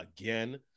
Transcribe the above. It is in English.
again